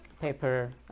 paper